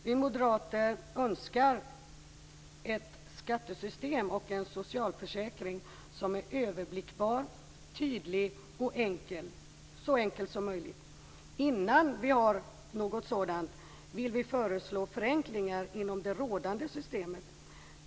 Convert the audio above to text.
Vi moderater önskar ett skattesystem och en socialförsäkring som är överblickbara, tydliga och så enkla som möjligt. Innan vi har något sådant vill vi föreslå förenklingar inom det rådande systemet.